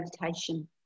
meditation